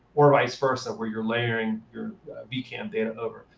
or vise versa, where you're layering your vcam data over.